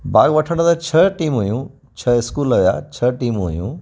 भाॻु वठण लाइ छह टीम हुयूं छह स्कूल हुआ छह टीमूं हुयूं